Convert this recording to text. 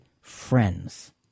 friends